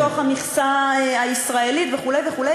לתוך המכסה הישראלית וכו' וכו'.